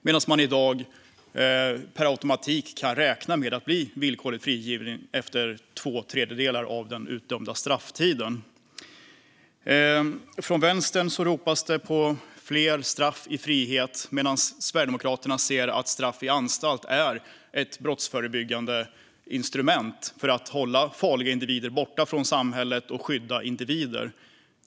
I dag kan man per automatik räkna med att bli villkorligt frigiven efter två tredjedelar av den utdömda strafftiden. Från vänster ropas det på fler straff i frihet, medan Sverigedemokraterna ser att straff i anstalt är ett brottsförebyggande instrument för att hålla farliga individer borta från samhället och skydda individer.